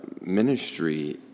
ministry